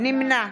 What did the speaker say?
נמנע